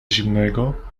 zimnego